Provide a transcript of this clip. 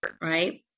right